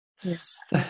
Yes